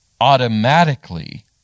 automatically